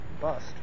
bust